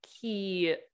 key